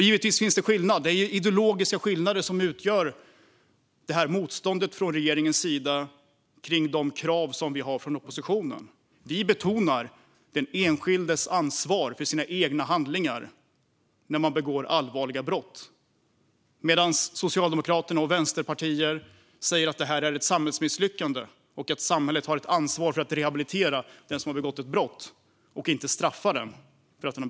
Givetvis finns ideologiska skillnader som utgör motståndet från regeringens sida mot de krav som oppositionen har. Vi betonar den enskildes ansvar för sina egna handlingar när man begår allvarliga brott. Socialdemokraterna och vänsterpartier säger att det här är ett samhällsmisslyckande och att samhället har ett ansvar för att rehabilitera den som har begått ett brott, inte straffa.